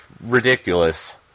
ridiculous